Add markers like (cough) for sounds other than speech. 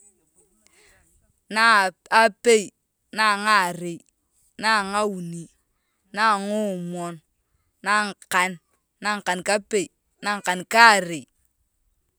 (noise) naa apei na angarei na angauni na angaomwon na angakan na angakani kapei na angakan karei.